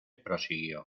prosiguió